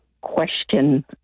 question